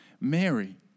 Mary